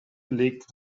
legte